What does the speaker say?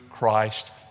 Christ